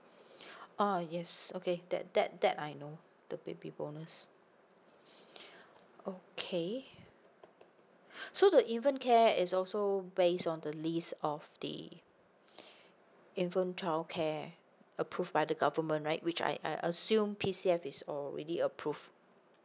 uh yes okay that that that I know the baby bonus okay so the infant care is also based on the list of day infant childcare approved by the government right which I assume PCF is already approved